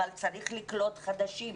אבל צריך לקלוט חדשים.